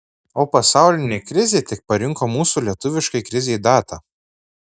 o pasaulinė krizė tik parinko mūsų lietuviškai krizei datą